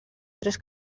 tres